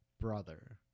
brother